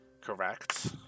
correct